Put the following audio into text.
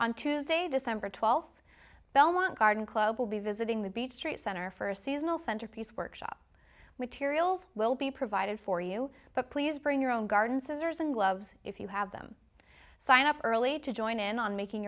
on tuesday december twelfth belmont garden club will be visiting the beach street center for a seasonal centerpiece workshop materials will be provided for you but please bring your own garden scissors and loves if you have them sign up early to join in on making